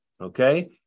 Okay